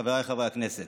חבריי חברי הכנסת,